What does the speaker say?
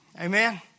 Amen